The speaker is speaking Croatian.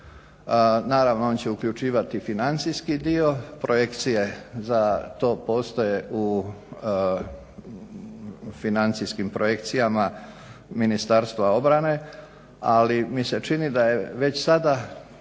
Naravno on će uključivati i financijski dio, projekcije za to postoje u financijskim projekcijama Ministarstva obrane ali mi se čini da je već sada